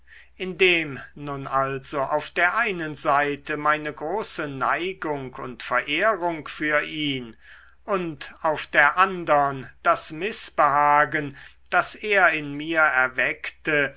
indem nun also auf der einen seite meine große neigung und verehrung für ihn und auf der andern das mißbehagen das er in mir erweckte